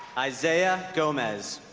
isaiah gomez